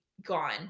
gone